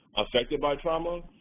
affected by trauma.